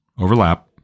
overlap